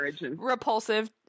repulsive